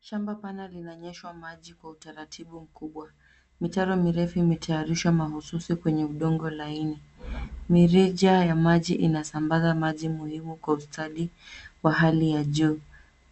Shamba pana linanyweshwa maji kwa utaratibu mkubwa. Mitaro mirefu umetayarishwa mahususi kwenye udongo laini. Mirija ya maji inasambaza maji muhimu kwa ustadi wa hali ya juu.